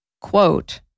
quote